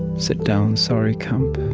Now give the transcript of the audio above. sit down sorry camp